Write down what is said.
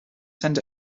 send